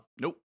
Nope